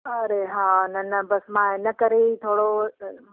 अरे हा न न बसि मां हिन करे ई थोरो